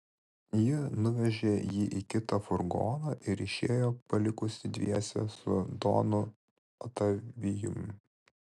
ji nuvežė jį į kitą furgoną ir išėjo palikusi dviese su donu otavijumi